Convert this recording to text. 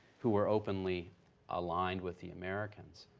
who were openly aligned with the americans.